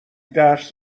درس